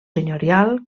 senyorial